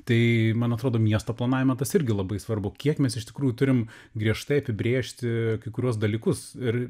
tai man atrodo miesto planavime tas irgi labai svarbu kiek mes iš tikrųjų turim griežtai apibrėžti kai kuriuos dalykus ir